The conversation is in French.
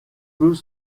peut